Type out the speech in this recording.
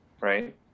right